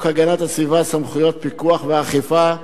הגנת הסביבה (סמכויות פיקוח ואכיפה),